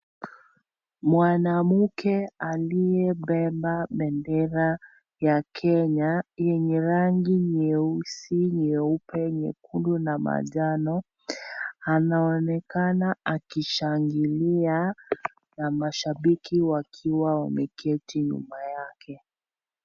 Mwanamke aliyebeba bendera ya Kenya yenye rangi nyeusi, nyeupe, nyekundu na manjano anaonekana akishangilia na mashabiki wakiwa wameketi nyuma yake.